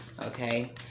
Okay